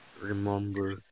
remember